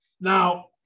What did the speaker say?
Now